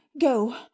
go